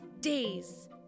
days